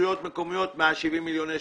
רשויות מקומיות 170 מיליון שקלים.